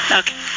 okay